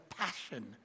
passion